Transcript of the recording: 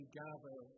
gather